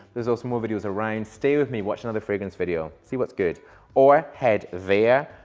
there's also more videos around. stay with me, watch another fragrance video. see what's good or head there,